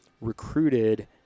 recruited